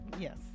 Yes